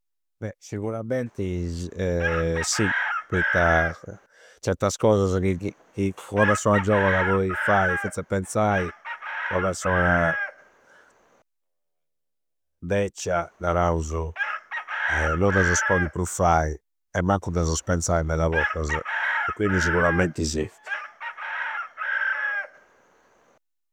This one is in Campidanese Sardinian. Bhe! Siguramenti sì, poitta certas cosasa chi, chi ua persona giovana poi fai chenze penzai, ua persona beccia, narausu, non dasas poidi prus fai e mancu dasas penzai meda bottasa. E quindi seguramenti sì.